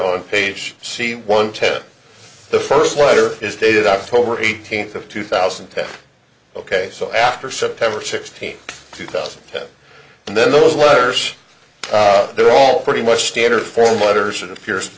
on page c one ten the first letter is dated october eighteenth of two thousand and ten ok so after september sixteenth two thousand and ten and then those letters they're all pretty much standard form letters it appears